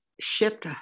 shipped